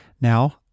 Now